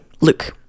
Luke